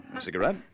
cigarette